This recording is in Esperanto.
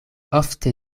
ofte